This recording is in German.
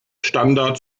standard